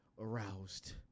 aroused